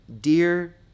Dear